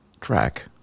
track